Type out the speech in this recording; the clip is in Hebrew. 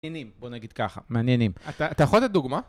מעניינים, בוא נגיד ככה, מעניינים. - אתה יכול לתת דוגמה?